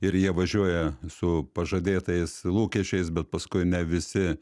ir jie važiuoja su pažadėtais lūkesčiais bet paskui ne visi